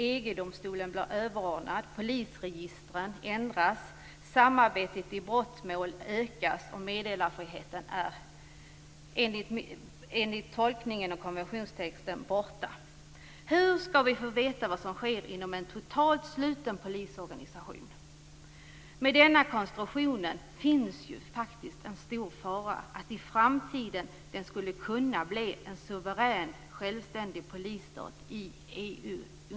EG-domstolen blir överordnad, polisregistren ändras, samarbetet i brottmål ökas och meddelarfriheten kommer enligt tolkningen av konventionstexten att tas bort. Hur skall vi få veta vad som sker inom en totalt sluten polisorganisation? Med denna konstruktion finns en stor fara att den i framtiden skall kunna bli en suverän, självständig polisstat i EU.